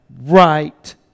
right